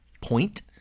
point